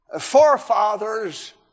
forefathers